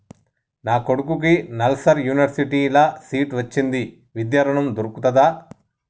నా కొడుకుకి నల్సార్ యూనివర్సిటీ ల సీట్ వచ్చింది విద్య ఋణం దొర్కుతదా?